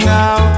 now